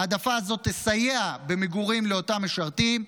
ההעדפה הזאת תסייע במגורים לאותם משרתים,